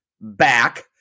back